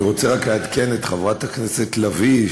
אני רוצה רק לעדכן את חברת הכנסת לביא,